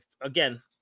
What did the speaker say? again